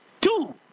Two